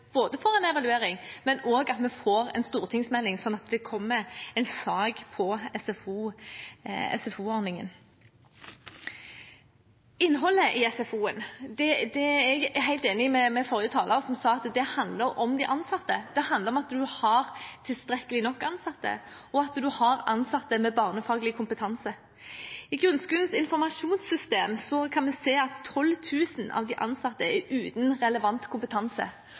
både får en evaluering, og at vi får en stortingsmelding, sånn at det kommer en sak om SFO-ordningen. Innholdet i SFO-en: Der er jeg helt enig med forrige taler som sa at det handler om de ansatte. Det handler om at man har tilstrekkelig antall ansatte, og at man har ansatte med barnefaglig kompetanse. I grunnskolens informasjonssystem kan vi se at 12 000 av de ansatte er uten relevant kompetanse.